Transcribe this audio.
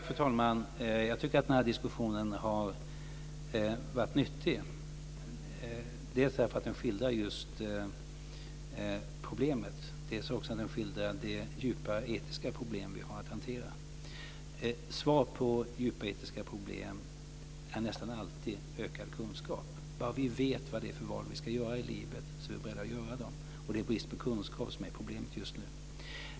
Fru talman! Jag tycker att den här diskussionen har varit nyttig. Dels skildrar den just det här problemet, dels skildrar den också det djupa, etiska problem som vi har att hantera. Svaret på djupa, etiska problem är nästan alltid ökad kunskap. Bara vi vet vad det är för val vi ska göra i livet är vi också beredda att göra dem. Det är brist på kunskap som är problemet just nu.